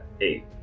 Eight